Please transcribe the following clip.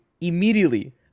immediately